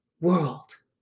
world